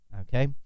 Okay